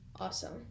Awesome